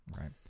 Right